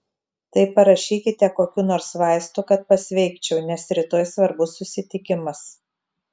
tai parašykite kokių nors vaistų kad pasveikčiau nes rytoj svarbus susitikimas